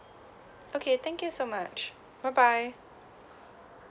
okay thank you so much bye bye